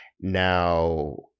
Now